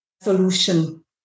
solution